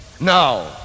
Now